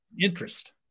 interest